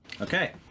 Okay